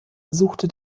suchte